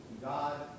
God